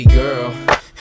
Girl